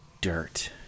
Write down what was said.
dirt